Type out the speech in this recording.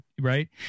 right